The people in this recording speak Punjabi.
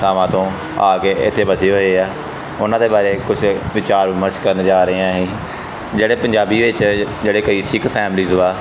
ਥਾਵਾਂ ਤੋਂ ਆ ਕੇ ਇੱਥੇ ਵਸੇ ਹੋਏ ਆ ਉਹਨਾਂ ਦੇ ਬਾਰੇ ਕੁਛ ਵਿਚਾਰ ਵਿਮਸ਼ ਕਰਨ ਜਾ ਰਹੇ ਹਾਂ ਹੈਂਜੀ ਜਿਹੜੇ ਪੰਜਾਬੀ ਵਿੱਚ ਜਿਹੜੇ ਕਈ ਸਿੱਖ ਫੈਮਿਲੀਜ਼ ਵਾ